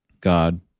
God